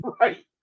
Right